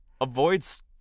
Avoids